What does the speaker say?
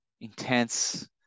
intense